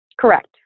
Correct